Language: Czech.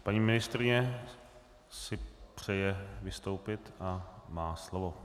Paní ministryně si přeje vystoupit a má slovo.